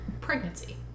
Pregnancy